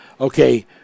Okay